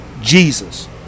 Jesus